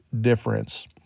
difference